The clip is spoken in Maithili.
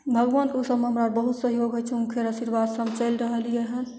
भगवानके उसब मे हमरा बहुत सहयोग होइ छै हुनकर अशीर्वादसँ हम चलि रहलियै हन